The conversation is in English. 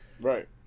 Right